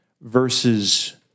versus